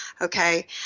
okay